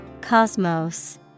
Cosmos